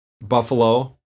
Buffalo